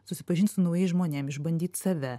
susipažint su naujais žmonėm išbandyt save